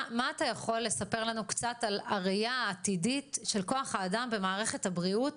מה אתה יכול לספר לנו קצת על הראיה העתידית של כוח האדם במערכת הבריאות